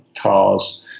cars